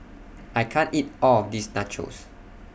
I can't eat All of This Nachos